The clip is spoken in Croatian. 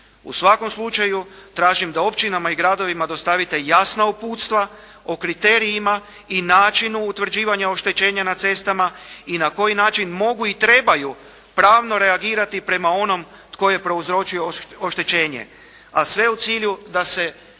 U svakom slučaju tražim da općinama i gradovima dostavite jasna uputstva o kriterijima i načinu utvrđivanja oštećenja na cestama i na koji način mogu i trebaju pravno reagirati prema onom tko je prouzročio oštećenje a sve u cilju da nam